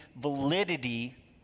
validity